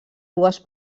dues